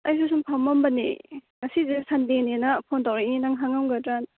ꯑꯩꯁꯨ ꯁꯨꯝ ꯐꯝꯃꯝꯕꯅꯦ ꯉꯥꯁꯤꯁꯦ ꯁꯟꯗꯦꯅꯦꯅ ꯐꯣꯟ ꯇꯧꯔꯛꯏꯅꯦ ꯅꯪ ꯍꯥꯡꯉꯝꯒꯗ꯭ꯔꯅ